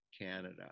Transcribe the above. Canada